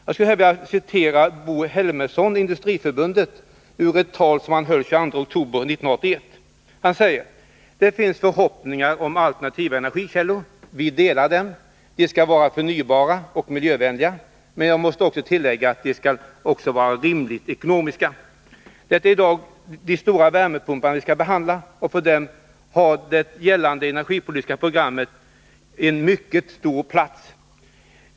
Jag skulle här vilja citera vad Bo Helmersson, Industriförbundet, sade i ett tal som han höll den 22 oktober 1981: ”Det finns förhoppningar om alternativa energikällor. Vi delar dem! De skall vara förnybara och miljövänliga. Men jag måste tillägga att de också skall vara rimligt ekonomiska. Det är idag de stora värmepumparna vi skall behandla, och för dem har det gällande energipolitiska programmet en mycket stor plats.